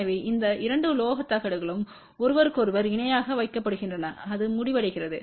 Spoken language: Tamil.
எனவே இந்த இரண்டு உலோக தகடுகளும் ஒருவருக்கொருவர் இணையாக வைக்கப்படுகின்றன அது முடிவடைகிறது